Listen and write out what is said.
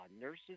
nurses